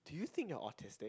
do you think you're autistic